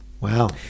wow